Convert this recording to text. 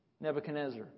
Nebuchadnezzar